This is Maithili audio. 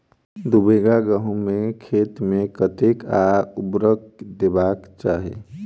दु बीघा गहूम केँ खेत मे कतेक आ केँ उर्वरक देबाक चाहि?